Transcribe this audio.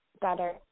better